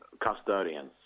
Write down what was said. custodians